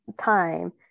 time